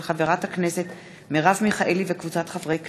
של חברת הכנסת מרב מיכאלי וקבוצת חברי הכנסת,